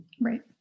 Right